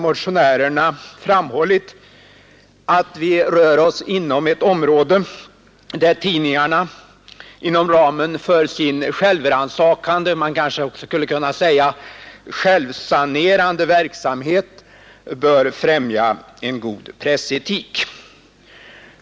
Motionärerna har framhållit att vi här rör oss på ett område där tidningarna inom ramen för sin självrannsakan — man kanske också skulle kunna säga inom sin självsanerande verksamhet — bör främja en god pressetik.